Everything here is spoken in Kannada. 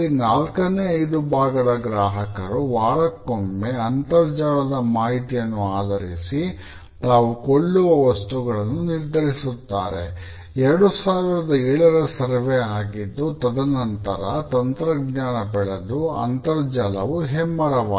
ನಾಲೆಡ್ಜ್ ಸ್ಟಾರ್ಮ್ ಆಗಿದ್ದು ತದನಂತರ ತಂತ್ರಜ್ಞಾನ ಬೆಳದು ಅಂತರ್ಜಾಲವು ಹೆಮ್ಮರವಾಗಿದೆ